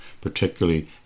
particularly